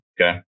Okay